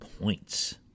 points